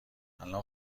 الان